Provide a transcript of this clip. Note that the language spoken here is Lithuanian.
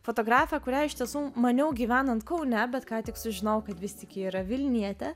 fotografė kurią iš tiesų maniau gyvenant kaune bet ką tik sužinojau kad vis tik ji yra vilnietė